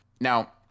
now